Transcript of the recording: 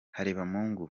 harebamungu